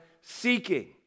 seeking